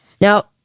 Now